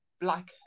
black